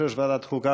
יושב-ראש ועדת החוקה,